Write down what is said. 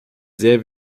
sehr